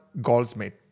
Goldsmith